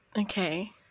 Okay